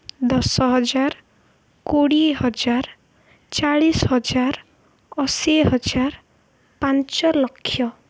ଦଶ ହଜାର କୋଡ଼ିଏ ହଜାର ଚାଳିଶ ହଜାର ଅଶୀ ହଜାର ପାଞ୍ଚଲକ୍ଷ